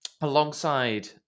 Alongside